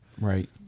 right